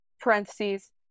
Parentheses